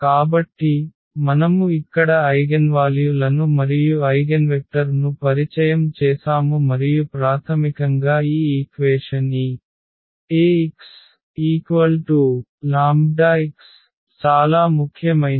కాబట్టి మనము ఇక్కడ ఐగెన్వాల్యు లను మరియు ఐగెన్వెక్టర్ ను పరిచయం చేసాము మరియు ప్రాథమికంగా ఈ ఈక్వేషన్ ఈ Ax λx చాలా ముఖ్యమైనది